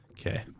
Okay